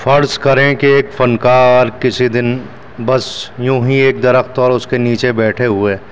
فرض کریں کہ ایک فنکار کسی دن بس یوں ہی ایک درخت اور اس کے نیچے بیٹھے ہوئے